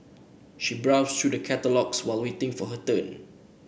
she browsed through the catalogues while waiting for her turn